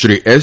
Shri S